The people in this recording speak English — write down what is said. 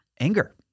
anger